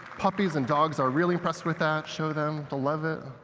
puppies and dogs are really impressed with that. show them, they'll love it.